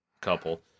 couple